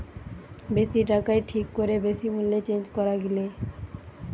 বেশি টাকায় ঠিক করে বেশি মূল্যে চেঞ্জ করা গিলে